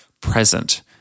present